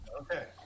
Okay